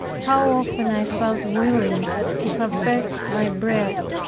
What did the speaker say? how often i felt willing to have begged my bread,